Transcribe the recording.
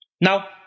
Now